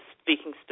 speaking